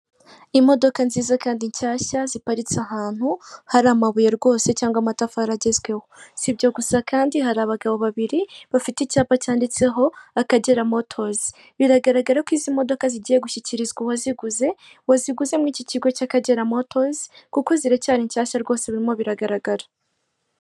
Imodoka nziza kandi nshyashya ziparitse ahantu hari amabuye rwose cyangwa amatafari agezweho si ibyo gusa kandi hari abagabo babiri bafite icyapa cyanditseho akagera motozi biragaragara ko izi modoka zigiye gushyikirizwa uwaziguze waziguze muri iki kigo cy'akagera motozi kuko ziracyari nshyashya rwose birimo biragaragara.